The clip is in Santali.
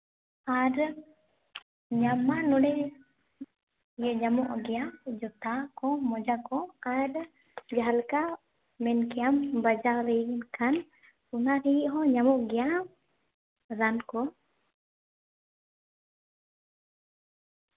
ᱟᱨ ᱧᱟᱢ ᱢᱟ ᱱᱚᱸᱰᱮ ᱧᱟᱢᱚᱜ ᱜᱮᱭᱟ ᱡᱩᱛᱟᱹ ᱠᱚ ᱢᱚᱡᱟ ᱠᱚ ᱟᱨ ᱡᱟᱦᱟᱸᱞᱮᱠᱟ ᱢᱮᱱᱠᱮᱫ ᱟᱢ ᱵᱟᱡᱟᱣ ᱞᱮᱱᱠᱷᱟᱱ ᱚᱱᱟ ᱨᱮᱭᱟᱜ ᱦᱚᱸ ᱧᱟᱢᱚᱜ ᱜᱮᱭᱟ ᱨᱟᱱ ᱠᱚ